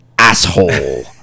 asshole